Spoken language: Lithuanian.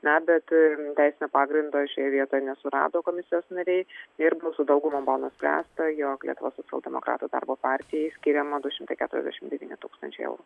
na bet teisinio pagrindo šioje vietoje nesurado komisijos nariais ir balsų dauguma buvo nuspręsta jog lietuvos socialdemokratų darbo partijai skiriama du šimtai keturiasdešim devyni tūkstančiai eurų